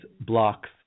blocks